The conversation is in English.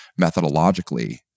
methodologically